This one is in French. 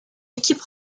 équipe